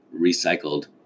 recycled